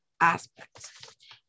aspects